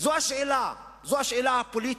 זו השאלה, זו השאלה הפוליטית.